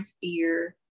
fear